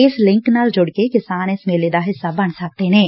ਇਸ ਲਿੰਕ ਨਾਲ ਜੁੜ ਕੇ ਕਿਸਾਨ ਇਸ ਮੇਲੇ ਦਾ ਹਿੱਸਾ ਬਣ ਸਕਣਗੇ